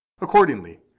Accordingly